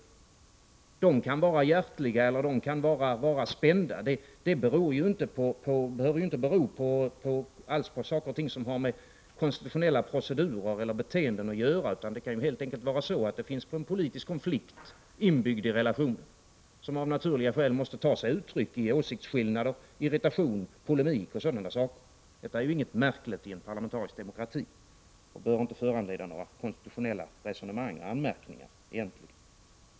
Relationerna kan vara hjärtliga eller spända, men det behöver ju inte alls bero på saker och ting som har med konstitutionella procedurer eller beteenden att göra, utan det kan helt enkelt vara så att det finns en politisk konflikt inbyggd i relationerna som av naturliga skäl måste ta sig uttryck i åsiktsskillnader, irritationer, polemik och sådana saker. Detta är ju inget märkligt i en parlamentarisk demokrati och bör egentligen inte föranleda några konstitutionella resonemang eller anmärkningar.